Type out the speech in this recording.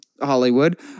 Hollywood